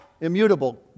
immutable